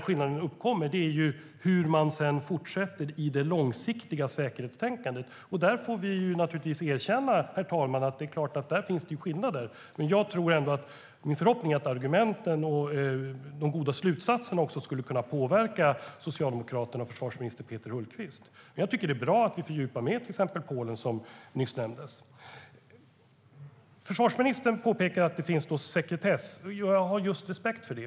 Skillnaderna uppkommer när det gäller hur man fortsätter med det långsiktiga säkerhetstänkandet. Där får vi erkänna att det såklart finns skillnader. Men min förhoppning är att argumenten och de goda slutsatserna skulle kunna påverka Socialdemokraterna och försvarsminister Peter Hultqvist. Det är bra att vi fördjupar samarbetet med till exempel Polen, vilket nyss nämndes. Försvarsministern påpekar att det finns sekretess. Jag har respekt för det.